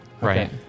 Right